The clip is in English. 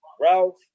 Ralph